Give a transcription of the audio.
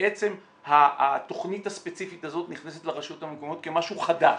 בעצם התוכנית הספציפית הזאת נכנסת לרשויות המקומיות כמשהו חדש.